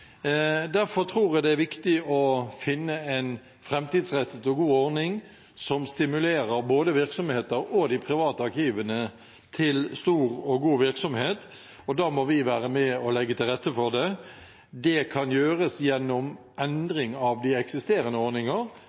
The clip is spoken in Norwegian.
Derfor tror jeg det er viktig å finne en framtidsrettet og god ordning som stimulerer både virksomheter og de private arkivene til stor og god virksomhet, og da må vi være med og legge til rette for det. Det kan gjøres gjennom endring av de eksisterende ordninger